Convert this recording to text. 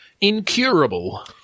incurable